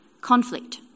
conflict